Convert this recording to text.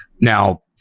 now